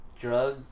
drug